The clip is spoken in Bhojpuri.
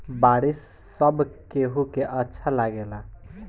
बारिश सब केहू के अच्छा लागेला